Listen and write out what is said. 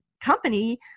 company